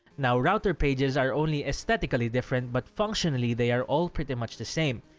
now router pages are only aesthetically different, but functionally they are all pretty much the same.